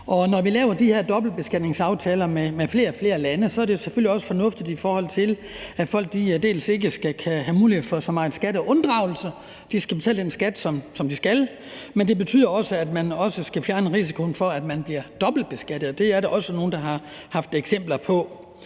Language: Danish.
når vi laver de her dobbeltbeskatningsaftaler med flere og flere lande, er det selvfølgelig også fornuftigt, dels i forhold til at folk ikke skal have mulighed for for meget skatteunddragelse – de skal betale den skat, som de skal – dels at man skal fjerne muligheden for, at de bliver dobbeltbeskattet. Det er der også nogle der har haft eksempler på.